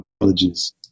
Apologies